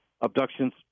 abductions